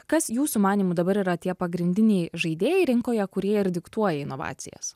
kas jūsų manymu dabar yra tie pagrindiniai žaidėjai rinkoje kurie ir diktuoja inovacijas